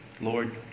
Lord